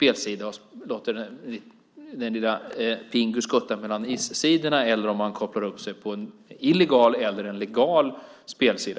Internet och låter den lilla Pingu skutta mellan isflaken eller om någon kopplar upp sig på en illegal eller en legal spelsida.